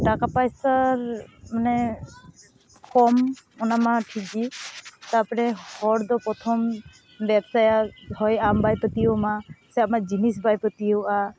ᱴᱟᱠᱟ ᱯᱚᱭᱥᱟᱨ ᱢᱟᱱᱮ ᱠᱚᱢ ᱚᱱᱟᱢᱟ ᱴᱷᱤᱠᱜᱮ ᱛᱟᱯᱚᱨᱮ ᱦᱚᱲᱫᱚ ᱯᱚᱨᱛᱷᱚᱢ ᱵᱮᱵᱽᱥᱟᱭᱟ ᱦᱚᱭ ᱟᱢ ᱵᱟᱭ ᱯᱟᱹᱛᱭᱟᱹᱣ ᱟᱢᱟ ᱥᱮ ᱟᱢᱟᱜ ᱡᱤᱱᱤᱥ ᱵᱟᱭ ᱯᱟᱹᱛᱭᱟᱹᱣᱟᱜᱼᱟ